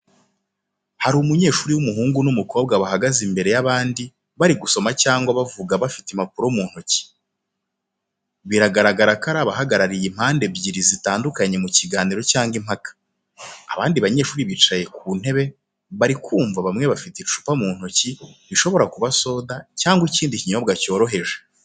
Hari umunyeshuri w’umuhungu n’umukobwa bahagaze imbere y’abandi bari gusoma cyangwa kuvuga bafite impapuro mu ntoki. Biragaragara ko ari abahagarariye impande ebyiri zitandukanye mu kiganiro cyangwa impaka. Abandi banyeshuri bicaye ku ntebe bari kumva bamwe bafite icupa mu ntoki bishobora kuba soda cyangwa ikindi kinyobwa cyoroheje.